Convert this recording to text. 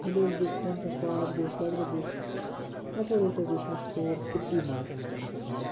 ییٚلہِ حظ بہٕ ٹٮ۪نتھَس پاس گوس لگ بگہٕ ایٚکُریٹ حظ ٲسۍ مےٚ فور فِفٹی مارکٕس ٹٮ۪نتھَس منٛز